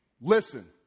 listen